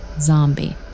zombie